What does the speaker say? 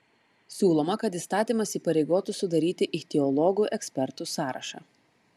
siūloma kad įstatymas įpareigotų sudaryti ichtiologų ekspertų sąrašą